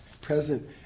present